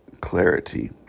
clarity